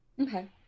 Okay